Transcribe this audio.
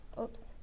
Oops